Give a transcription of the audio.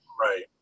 Right